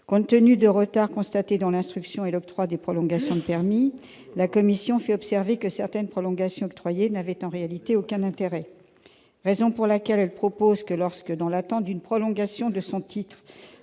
Compte tenu de retards constatés dans l'instruction et l'octroi des prolongations de permis, la commission fait observer que certaines prolongations octroyées n'avaient en réalité aucun intérêt. C'est la raison pour laquelle elle propose que, lorsque dans l'attente d'une prolongation de son titre